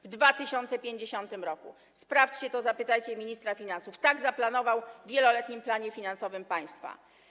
W 2050 r. Sprawdźcie to, zapytajcie ministra finansów, który tak zaplanował w wieloletnim planie finansowym państwa.